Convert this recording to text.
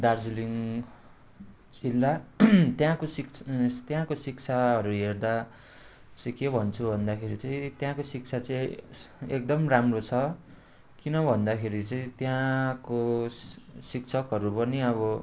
दार्जिलिङ जिल्ला त्यहाँको शिक्षा त्यहाँको शिक्षाहरू हेर्दा चाहिँ के भन्छु भन्दाखेरि चाहिँ त्यहाँको शिक्षा चाहिँ एकदम राम्रो छ किन भन्दाखेरि चाहिँ त्यहाँको शिक्षकहरू पनि अब